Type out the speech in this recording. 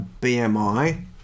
BMI